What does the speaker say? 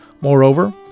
Moreover